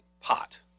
pot